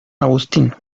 agustín